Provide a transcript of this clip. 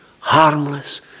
harmless